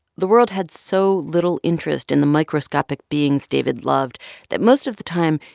the world had so little interest in the microscopic beings david loved that most of the time,